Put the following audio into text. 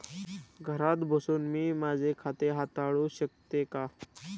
घरात बसून मी माझे खाते हाताळू शकते का?